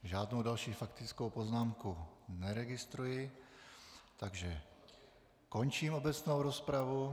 Žádnou další faktickou poznámku neregistruji, takže končím obecnou rozpravu.